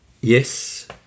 Yes